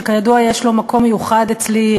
שכידוע יש לו מקום מיוחד אצלי,